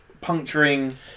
puncturing